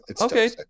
Okay